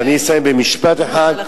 אני אסיים במשפט אחד.